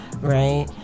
Right